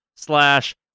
slash